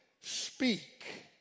speak